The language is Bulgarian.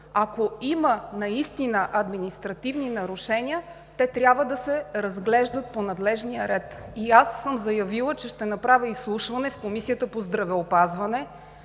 Ако има наистина административни нарушения, те трябва да се разглеждат по надлежния ред. Аз съм заявила, че ще направя изслушване в Комисията по здравеопазването